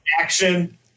action